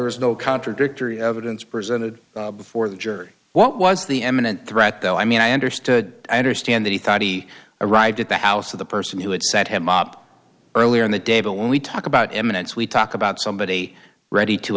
was no contradictory evidence presented before the jury what was the eminent threat though i mean i understood i understand that he thought he arrived at the house of the person who had set him up earlier in the day but when we talk about imminence we talk about somebody ready to